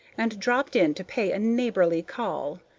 and dropped in to pay a neighborly call.